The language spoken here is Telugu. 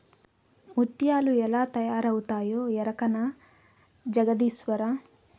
ముత్యాలు ఎలా తయారవుతాయో ఎరకనా జగదీశ్వరా